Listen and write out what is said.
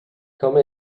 come